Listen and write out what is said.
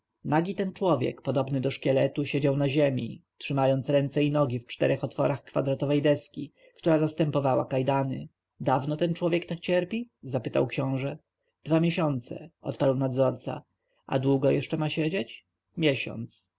ten człowiek podobny do szkieletu siedział na ziemi trzymając ręce i nogi w czterech otworach kwadratowej deski która zastępowała kajdany dawno ten człowiek tak cierpi zapytał książę dwa miesiące odparł nadzorca a długo jeszcze ma siedzieć miesiąc